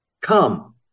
Come